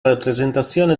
rappresentazione